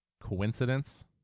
coincidence